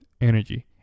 energy